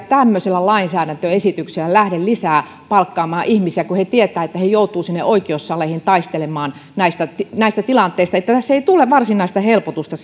tämmöisellä lainsäädäntöesityksellä lähde lisää palkkaamaan ihmisiä kun he tietävät että he joutuvat oikeussaleihin taistelemaan näistä näistä tilanteista tässä ei tule varsinaista helpotusta